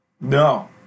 No